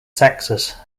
texas